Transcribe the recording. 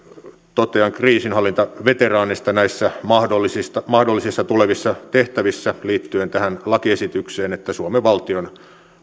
totean kriisinhallintaveteraaneista näissä mahdollisissa mahdollisissa tulevissa tehtävissä liittyen tähän lakiesitykseen että suomen valtion